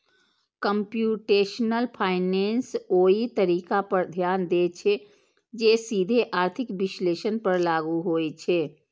computational finance ओइ तरीका पर ध्यान दै छै, जे सीधे आर्थिक विश्लेषण पर लागू होइ छै